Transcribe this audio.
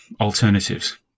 alternatives